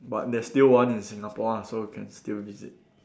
but there's still one in Singapore ah so you can still visit